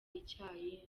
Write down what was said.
icyayi